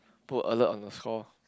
put alert on the score